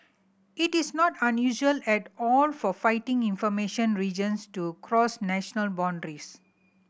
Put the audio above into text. it is not unusual at all for flighting information regions to cross national boundaries